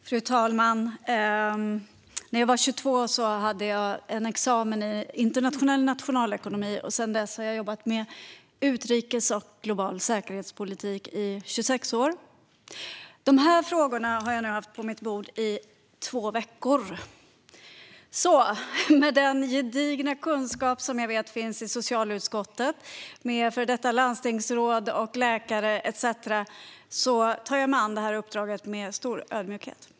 Fru talman! När jag var 22 tog jag en examen i internationell nationalekonomi. Sedan dess har jag jobbat med utrikespolitik och global säkerhetspolitik i 26 år. De frågor vi nu debatterar har jag haft på mitt bord i två veckor. Med den gedigna kunskap som jag vet finns i socialutskottet, med före detta landstingsråd och läkare etcetera, tar jag mig an det här uppdraget med stor ödmjukhet.